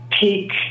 peak